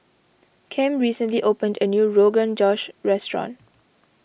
Kem recently opened a new Rogan Josh restaurant